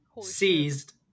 seized